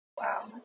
Wow